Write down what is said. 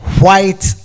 white